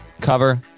cover